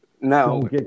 no